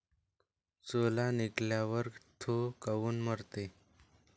सोला निघाल्यावर थो काऊन मरते?